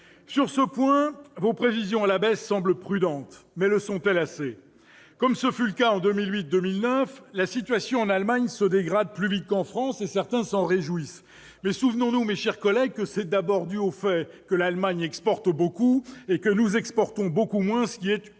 Sur ce point, vos prévisions à la baisse semblent prudentes, mais le sont-elles assez ? Comme ce fut le cas en 2008 et 2009, la situation en Allemagne se dégrade plus vite qu'en France. Certains s'en réjouissent. Mais souvenons-nous, mes chers collègues, que cette situation est d'abord due au fait que l'Allemagne exporte beaucoup et que nos exportations sont bien moindres, ce qui est l'une